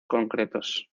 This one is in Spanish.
concretos